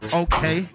okay